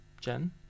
Jen